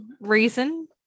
reason